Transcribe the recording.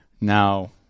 Now